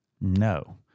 No